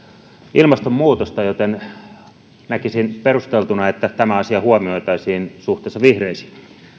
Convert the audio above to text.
ilmastonmuutosta joten näkisin perusteltuna että tämä asia huomioitaisiin suhteessa vihreisiin